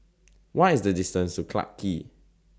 What IS The distance to Clarke Quay